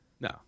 No